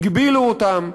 הגבילו אותן.